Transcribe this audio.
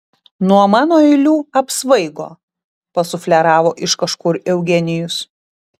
nuo mano eilių apsvaigo pasufleravo iš kažkur eugenijus